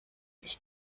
ich